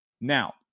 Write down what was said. Now